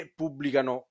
pubblicano